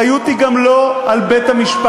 האחריות היא גם לא על בית-המשפט.